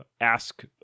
ask